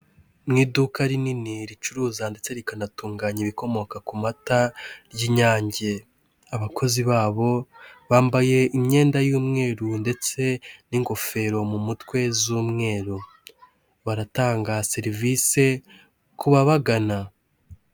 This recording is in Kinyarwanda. Mu iduka rinini ricuruza ndetse rikanatunganya ibikomoka ku mata ry'inyange, abakozi babo bambaye imyenda y'umweru ndetse n'ingofero mu mutwe z'umweru, baratanga serivisi kubabagana.